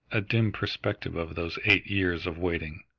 a dim perspective of those eight years of waiting,